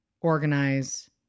organize